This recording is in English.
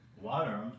Water